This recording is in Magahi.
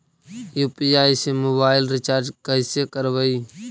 यु.पी.आई से मोबाईल रिचार्ज कैसे करबइ?